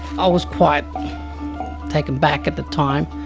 i was quite taken aback at the time.